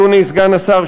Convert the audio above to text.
אדוני סגן השר,